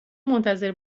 منتظر